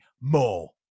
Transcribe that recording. more